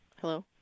Hello